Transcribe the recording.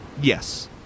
Yes